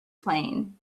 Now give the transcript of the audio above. playing